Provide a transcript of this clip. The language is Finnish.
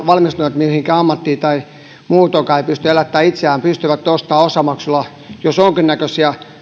valmistuneet mihinkään ammattiin tai muutoinkaan pysty elättämään itseään pystyvät ostamaan osamaksulla jos jonkinnäköisiä